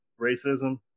racism